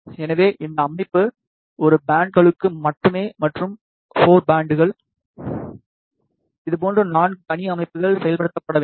எனவே இந்த அமைப்பு ஒரு பேண்ட்கழுக்கு மட்டுமே மற்றும் 4 பேண்ட்கள் இதுபோன்ற 4 தனி அமைப்புகள் செயல்படுத்தப்பட வேண்டும்